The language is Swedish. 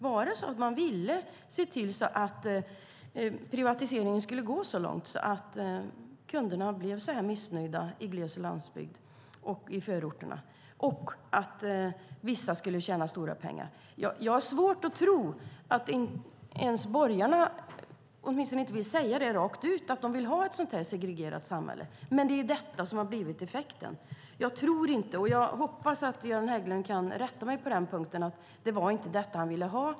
Var det så att man ville se till att privatiseringen skulle gå så långt att kunderna blev så här missnöjda i glesbygd, på landsbygd och i förorterna och att vissa skulle tjäna stora pengar? Jag har svårt att tro att ens borgarna vill säga rakt ut att de vill ha ett sådant här segregerat samhälle. Men det är detta som har blivit effekten. Jag tror inte - Göran Hägglund kanske rättar mig på den punkten - att det var detta man ville ha.